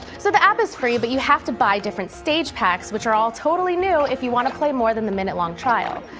so the app is free, but you have to buy different stage packs which are all totally new if you want to play more than the minute long trial.